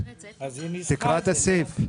תקרא את הסעיף.